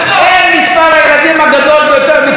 אין פערי שכר,